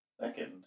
second